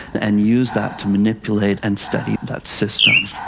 and use that to manipulate and study that system.